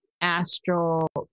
astral